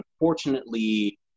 unfortunately